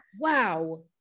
wow